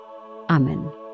Amen